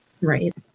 Right